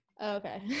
Okay